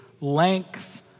length